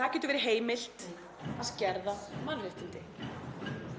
Það getur verið heimilt að skerða mannréttindi.